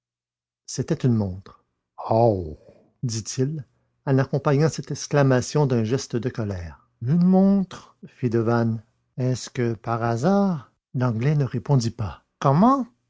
c'était une montre aoh dit-il en accompagnant cette exclamation d'un geste de colère une montre fit devanne est-ce que par hasard l'anglais ne répondit pas comment